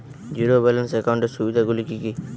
Zero balance একাউন্টের সুবিধা গুলি কি কি?